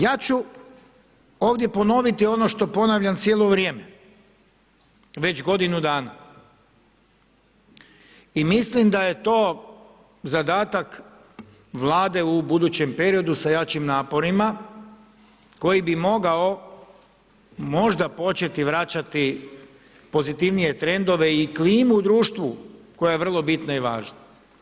Ja ću ovdje ponoviti ono što ponavljam cijelo vrijeme, već godinu dana i mislim da je to zadatak vlade u budućem periodu sa jačim naporima koji bi mogao možda početi vraćati pozitivnije trendove i klimu u društvu koja je vrlo bitna i važna.